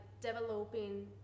developing